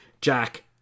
Jack